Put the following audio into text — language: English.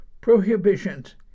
prohibitions